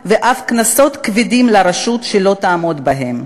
ואף קנסות כבדים לרשות שלא תעמוד בהם.